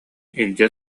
илдьэ